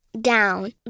down